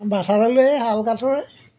ব'ঠাডালো এই শাল কাঠৰে